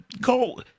go